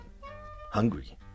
hungry